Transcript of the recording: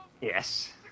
Yes